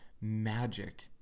magic